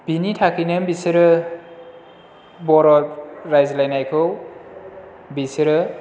बिनि थाखायनो बिसोरो बर' रायज्लायनायखौ बिसोरो